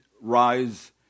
rise